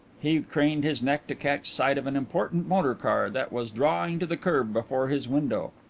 he craned his neck to catch sight of an important motor car that was drawing to the kerb before his window.